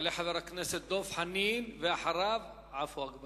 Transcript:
יעלה חבר הכנסת דב חנין, ואחריו, חבר